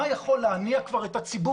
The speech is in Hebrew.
מה יכול כבר להניע את הציבור?